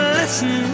listen